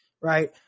right